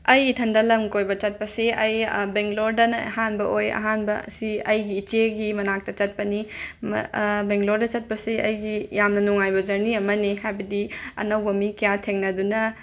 ꯑꯩ ꯏꯊꯟꯗ ꯂꯝ ꯀꯣꯏꯕ ꯆꯠꯄꯁꯤ ꯑꯩ ꯕꯦꯡꯂꯣꯔꯗꯅ ꯑꯍꯥꯟꯕ ꯑꯣꯏ ꯑꯍꯥꯟꯕ ꯑꯁꯤ ꯑꯩꯒꯤ ꯏꯆꯦꯒꯤ ꯃꯅꯥꯛꯇ ꯆꯠꯄꯅꯤ ꯃ ꯕꯦꯡꯂꯣꯔꯗ ꯆꯠꯄꯁꯤ ꯑꯩꯒꯤ ꯌꯥꯝꯅ ꯅꯨꯡꯉꯥꯏꯕ ꯖꯔꯅꯤ ꯑꯃꯅꯤ ꯍꯥꯏꯕꯗꯤ ꯑꯅꯧꯕ ꯃꯤ ꯀꯌꯥ ꯊꯦꯡꯅꯗꯨꯅ